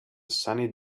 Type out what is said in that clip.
sunny